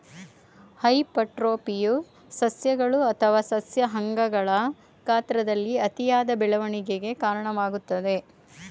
ಹೈಪರ್ಟ್ರೋಫಿಯು ಸಸ್ಯಗಳು ಅಥವಾ ಸಸ್ಯ ಅಂಗಗಳ ಗಾತ್ರದಲ್ಲಿ ಅತಿಯಾದ ಬೆಳವಣಿಗೆಗೆ ಕಾರಣವಾಗ್ತದೆ